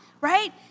right